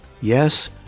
Yes